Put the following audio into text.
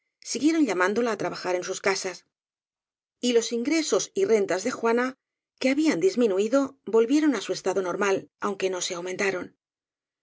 siguieron llamándola á trabajar en sus casas y los ingresos y rentas de juana que habían disminuido volvieron á su estado normal aunque no se aumentaron